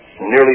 Nearly